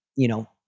you know,